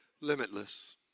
Limitless